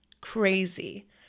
Crazy